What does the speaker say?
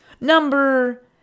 Number